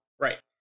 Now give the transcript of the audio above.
Right